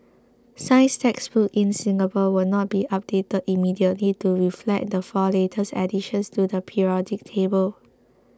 science textbooks in Singapore will not be updated immediately to reflect the four latest additions to the periodic table